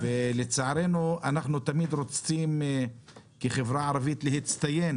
לצערנו אנחנו תמיד רוצים כחברה ערבית להצטיין